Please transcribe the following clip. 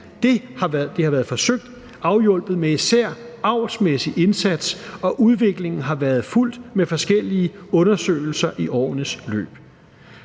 Det har været forsøgt afhjulpet med især en avlsmæssig indsats, og udviklingen har været fulgt med forskellige undersøgelser i årenes løb.